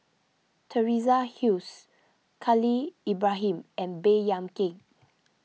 Teresa Khalil Ibrahim and Baey Yam Keng